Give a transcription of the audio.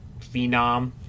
phenom